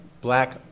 black